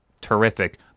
terrific